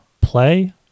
Play